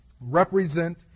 represent